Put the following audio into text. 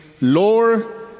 Lord